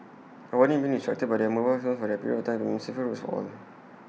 avoiding being distracted by their mobile phones for that period of time could mean safer roads own